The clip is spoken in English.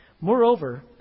Moreover